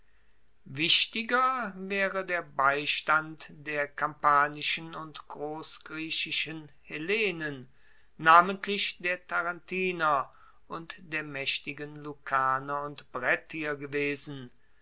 wichtiger waere der beistand der kampanischen und grossgriechischen hellenen namentlich der tarentiner und der maechtigen lucaner und brettier gewesen